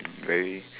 very